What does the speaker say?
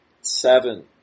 seven